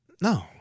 No